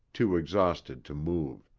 too exhausted to move.